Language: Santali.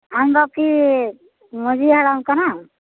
ᱟᱢᱫᱚ ᱠᱤ ᱢᱟᱺᱡᱷᱤ ᱦᱟᱲᱟᱢ ᱠᱟᱱᱟᱢ